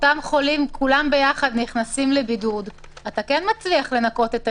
כולם ביחד נכנסים לבידוד ואתה כן מצליח לנקות את העיר.